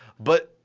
but,